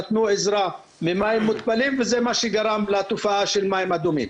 נתנו עזרה ממים מותפלים וזה מה שגרם לתופעה של מים אדומים.